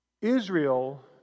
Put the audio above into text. Israel